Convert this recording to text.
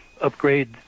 upgrade